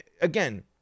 again